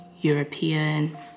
European